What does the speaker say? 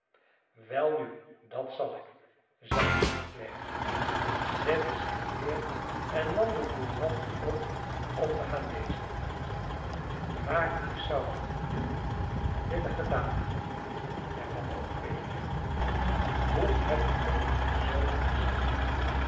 welnu dat zal ik zeide st clare zette zich neer en nam de courant op om te gaan lezen maar ik zou dat nu willen gedaan hebben hervatte ophelia hoe hebt ge zoo'n haast